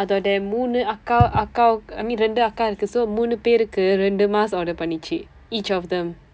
அதோட மூன்று அக்கா அக்கா:vandthathu athooda muunru akkaa akkaa I mean இரண்டு அக்கா அதுக்கு:irandu akkaa athukku so மூன்று பேருக்கு இரண்டு:mundry peerukku irandu mask order பண்ணிச்சு:pannichsu each of them